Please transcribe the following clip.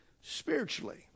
spiritually